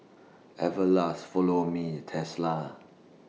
Everlast Follow Me Tesla